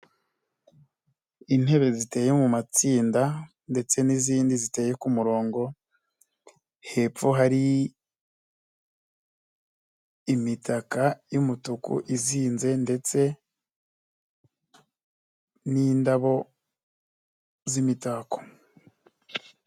Intebe ziteye mu matsinda ndetse n'izindi ziteye ku kumurongo, hepfo hari imitaka y'umutuku izinze ndetse n'indabo z'imitako.